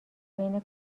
بین